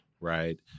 right